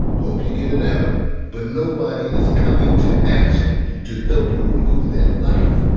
hope you get it out but nobody is coming to action to help you remove that knife.